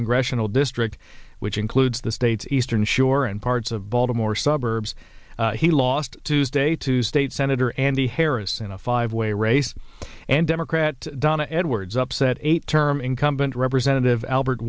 congressional district which includes the state's eastern shore and parts of baltimore suburbs he lost tuesday to state senator andy harris in a five way race and democrat donna edwards upset eight term incumbent representative albert